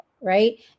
right